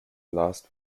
last